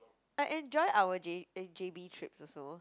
I enjoyed our J eh j_b trips also